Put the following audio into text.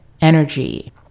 energy